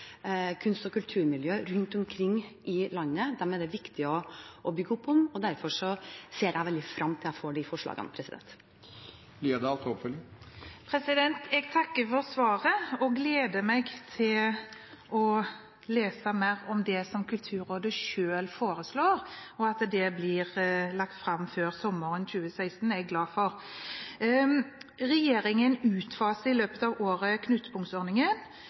kunst- og kulturmiljøer rundt omkring i landet. Dem er det viktig å bygge opp om, og derfor ser jeg veldig frem til å få de forslagene. Jeg takker for svaret og gleder meg til å lese mer om det som Kulturrådet selv foreslår, og at det blir lagt fram før sommeren 2016, er jeg glad for. Regjeringen utfaser i løpet av året